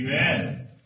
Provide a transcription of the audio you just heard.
Amen